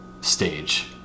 stage